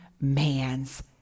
man's